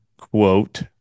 quote